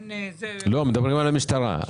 מדברים על המשטרה.